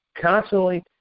constantly